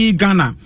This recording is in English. ghana